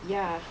ya